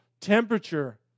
temperature